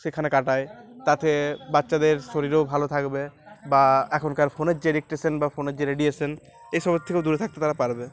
সেখানে কাটাই তাতে বাচ্চাদের শরীরও ভালো থাকবে বা এখনকার ফোনের যে ইলেক্ট্রিক রেডিয়েশন বা ফোনের যে রেডিয়েশান এইসব থেকেও দূরে থাকতে তারা পারবে